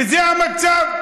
וזה המצב.